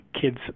kids